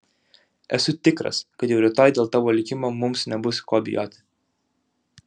esu tikras kad jau rytoj dėl tėvo likimo mums nebus ko bijoti